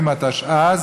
אתה יכול להוסיף?